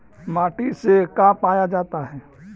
माटी से का पाया जाता है?